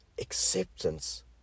acceptance